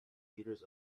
meters